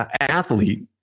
athlete